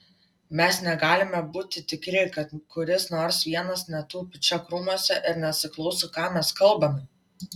mes negalime būti tikri kad kuris nors vienas netupi čia krūmuose ir nesiklauso ką mes kalbame